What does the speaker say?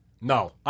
No